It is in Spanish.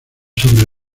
sobre